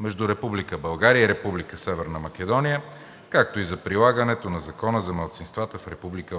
между Република България и Република Северна Македония, както и за прилагането на Закона за малцинствата в Република